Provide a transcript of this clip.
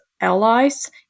allies